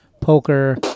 Poker